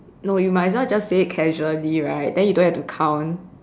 no you might as well just say it casually right then you don't have to count